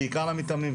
בעיקר למתאמנים,